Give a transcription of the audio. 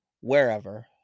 wherever